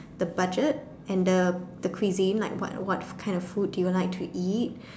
the budget and the the cuisine like what what kind of food do you like to eat